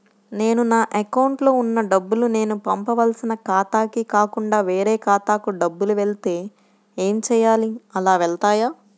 నేను నా అకౌంట్లో వున్న డబ్బులు నేను పంపవలసిన ఖాతాకి కాకుండా వేరే ఖాతాకు డబ్బులు వెళ్తే ఏంచేయాలి? అలా వెళ్తాయా?